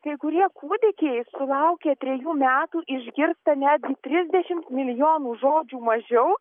kai kurie kūdikiai sulaukę trejų metų išgirsta netgi trisdešim milijonų žodžių mažiau